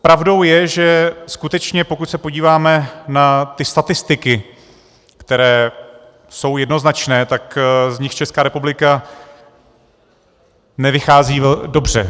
Pravdou je, že skutečně pokud se podíváme na ty statistiky, které jsou jednoznačné, tak z nich Česká republika nevychází dobře.